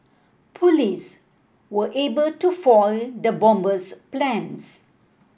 police were able to foil the bomber's plans